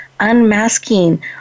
Unmasking